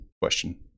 Question